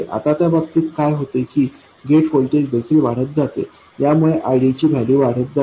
आता त्या बाबतीत काय होते की गेट व्होल्टेज देखील वाढत जाते यामुळे ID ची व्हॅल्यू वाढत जाते